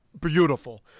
beautiful